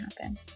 happen